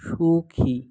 সুখী